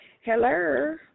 Hello